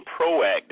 proactive